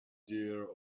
dear